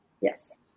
Yes